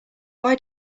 why